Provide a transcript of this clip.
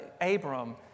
Abram